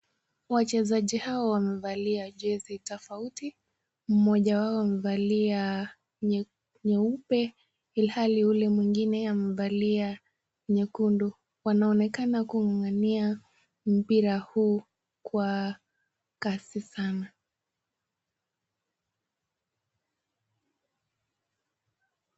Wachezaji hawa wamevalia jezi tofauti. Mmoja wao amevalia nyeupe , ilhali yule mwengine amevalia nyekundu. Wanaonekana kung'ang'ania mpira huu kwa kasi sana.